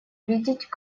видеть